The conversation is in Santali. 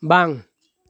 ᱵᱟᱝ